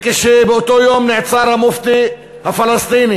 ובאותו יום נעצר המופתי הפלסטיני.